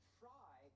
try